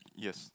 yes